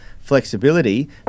flexibility